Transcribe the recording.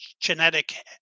genetic